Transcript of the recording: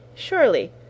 Surely